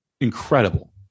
incredible